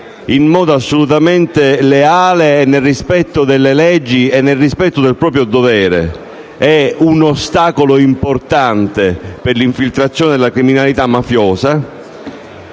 in modo assolutamente leale, nel rispetto delle leggi e adempiendo al proprio dovere è un ostacolo importante all'infiltrazione della criminalità mafiosa,